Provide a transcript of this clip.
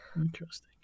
Interesting